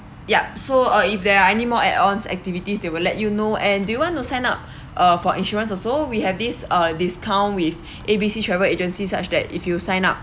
yup so uh if there are anymore add-ons activities they will let you know and do you want to sign up uh for insurance also we have this uh discount with A B C travel agency such that if you sign up